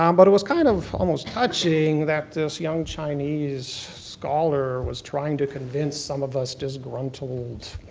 um but it was kind of almost touching that this young chinese scholar was trying to convince some of us disgruntled,